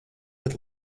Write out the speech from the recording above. bet